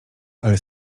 ale